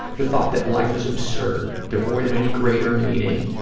the thought that life is absurd, devoid of any greater meaning,